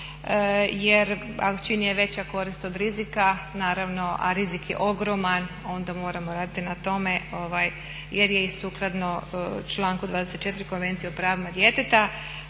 Jer čim je veća korist od rizika naravno a rizik je ogroman onda moramo raditi na tome, jer je i sukladno članku 24. Konvencije o pravima djeteta